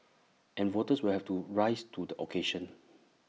and voters will have to rise to the occasion